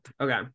okay